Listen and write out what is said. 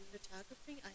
photography